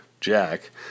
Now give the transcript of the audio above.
Jack